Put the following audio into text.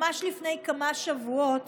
ממש לפני כמה שבועות